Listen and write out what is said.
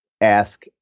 Ask